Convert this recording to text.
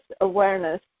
awareness